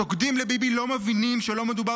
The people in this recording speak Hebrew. הסוגדים לביבי לא מבינים שלא מדובר